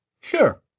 Sure